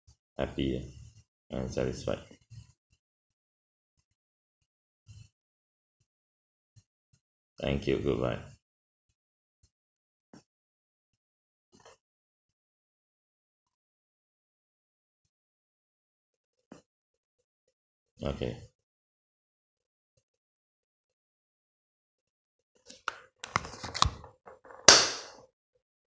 happy ah and satisfied thank you good bye okay